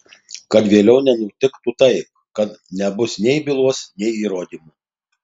kad vėliau nenutiktų taip kad nebus nei bylos nei įrodymų